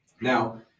Now